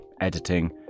editing